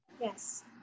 Yes